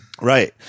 Right